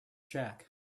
check